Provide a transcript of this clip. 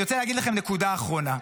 אני רוצה להגיד לכם נקודה אחרונה.